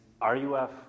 RUF